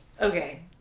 okay